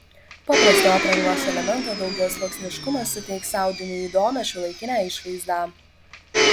paprasto aprangos elemento daugiasluoksniškumas suteiks audiniui įdomią šiuolaikinę išvaizdą